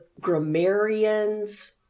grammarians